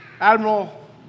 Admiral